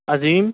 عظیم